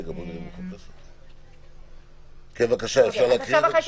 כן, בבקשה, אפשר להקריא?